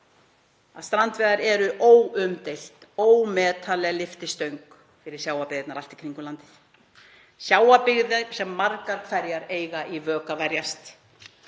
að strandveiðar eru óumdeilt ómetanleg lyftistöng fyrir sjávarbyggðirnar allt í kringum landið, sjávarbyggðir sem margar hverjar eiga í vök að verjast